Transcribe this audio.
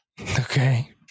Okay